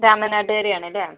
Ramanattu കരയാണല്ലേ